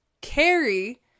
carry